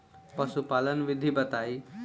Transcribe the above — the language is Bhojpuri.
पशुपालन विधि बताई?